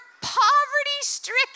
poverty-stricken